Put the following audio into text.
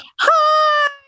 Hi